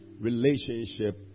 relationship